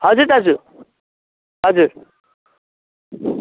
हजुर दाजु हजुर